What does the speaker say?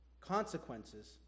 consequences